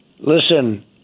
Listen